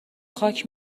خاک